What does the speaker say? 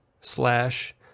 slash